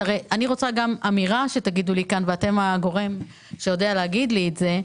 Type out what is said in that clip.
שתגידו אמירה, ואתם הגורם שיודע להגיד לי את זה.